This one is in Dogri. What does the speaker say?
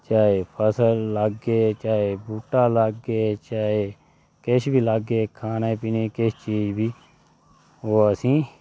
चाहे बूह्टे लागे चाहे फसल लागे चाहे किश बी लागे खाने पीने दी चीज ओह् असें गी